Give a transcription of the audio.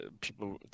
people